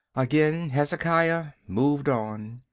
again hezekiah moved on.